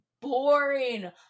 boring